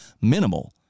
minimal